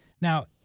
Now